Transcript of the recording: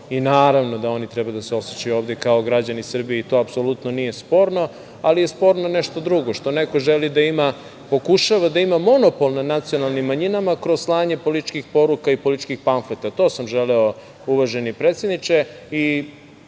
i naravno da oni treba da se osećaju ovde kao građani Srbije. To apsolutno nije sporno, ali je sporno nešto drugo, što neko želi da ima, pokušava da ima monopol na nacionalnim manjinama kroz slanje političkih poruka i političkih pamfleta. To sam želeo, uvaženi predsedniče.